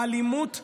האלימות תגבר,